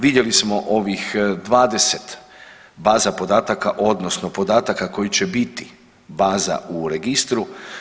Vidjeli smo ovih 20 baza podataka odnosno podataka koji će biti baza u registru.